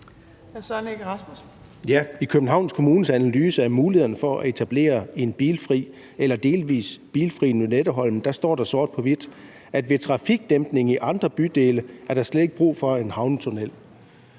I Københavns Kommunes analyse af mulighederne for at etablere en bilfri eller delvis bilfri Lynetteholm står der sort på hvidt, at ved trafikdæmpning i andre bydele er der slet ikke brug for en havnetunnel.